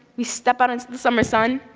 we step out into the summer sun.